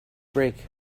break